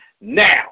Now